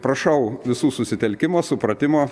prašau visų susitelkimo supratimo